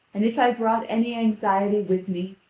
and if i brought any anxiety with me,